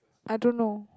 I don't know